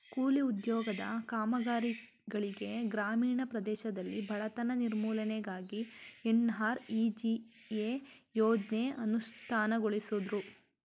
ಕೂಲಿ ಉದ್ಯೋಗದ ಕಾಮಗಾರಿಗಳಿಗೆ ಗ್ರಾಮೀಣ ಪ್ರದೇಶದಲ್ಲಿ ಬಡತನ ನಿರ್ಮೂಲನೆಗಾಗಿ ಎನ್.ಆರ್.ಇ.ಜಿ.ಎ ಯೋಜ್ನ ಅನುಷ್ಠಾನಗೊಳಿಸುದ್ರು